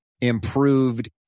improved